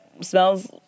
smells